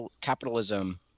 capitalism